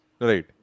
Right